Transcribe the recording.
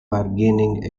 bargaining